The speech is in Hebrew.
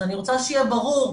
אז אני רוצה שיהיה ברור,